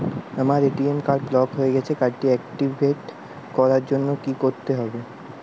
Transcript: আমার ATM card block হয়ে গেছে কার্ড টি একটিভ করার জন্যে কি করতে হবে?